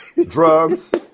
drugs